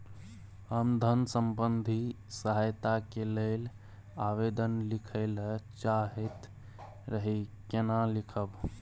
हम धन संबंधी सहायता के लैल आवेदन लिखय ल चाहैत रही केना लिखब?